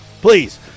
Please